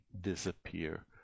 disappear